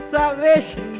salvation